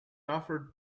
offered